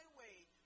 wait